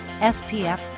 SPF